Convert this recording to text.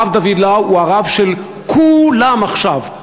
הרב דוד לאו הוא הרב של כולם עכשיו,